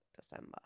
December